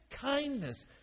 kindness